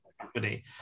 company